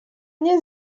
nie